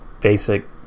basic